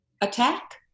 attack